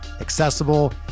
accessible